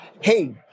hey